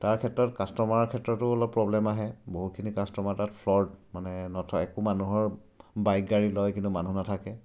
তাৰ ক্ষেত্ৰত কাষ্টমাৰৰ ক্ষেত্ৰতো অলপ প্ৰব্লেম আহে বহুতখিনি কাষ্টমাৰ তাত ফ্ৰড মানে নথয় একো মানুহৰ বাইক গাড়ী লয় কিন্তু মানুহ নাথাকে